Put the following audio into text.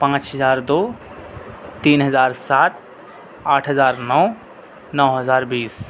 پانچ ہزار دو تین ہزار سات آٹھ ہزار نو نو ہزار بیس